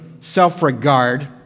self-regard